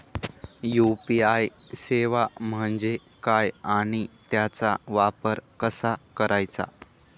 UPI सेवा म्हणजे काय आणि त्याचा वापर कसा करायचा?